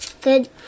Good